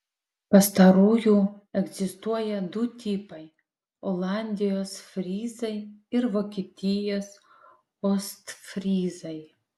pastarųjų egzistuoja du tipai olandijos fryzai ir vokietijos ostfryzai